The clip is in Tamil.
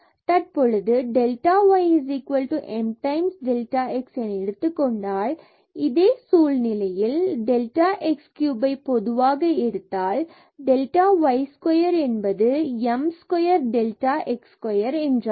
1x2y2x32y3x2y2 x2Δy Δρ→0 ΔxΔy2 2Δx2ΔyΔx2Δy232 மற்றும் தற்பொழுது delta y m delta x என நாம் எடுத்துக் கொண்டால் பின்பு இதே சூழ்நிலையில் delta x cubeஐ பொதுவாக எடுத்தால் மற்றும் delta y square என்பது m square delta x square என்றாகும்